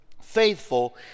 faithful